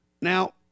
Now